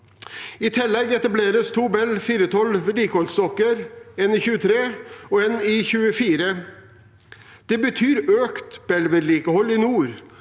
I tillegg etableres to Bell 412 vedlikeholdsdokker, én i 2023 og én i 2024. Det betyr økt Bell-vedlikehold i nord,